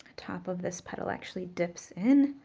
top of this petal actually dips in.